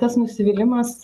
tas nusivylimas